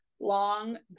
long